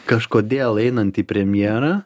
kažkodėl einant į premjerą